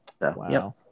Wow